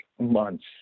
months